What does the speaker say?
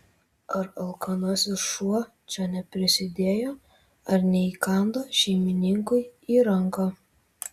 ar alkanasis šuo čia neprisidėjo ar neįkando šeimininkui į ranką